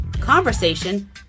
conversation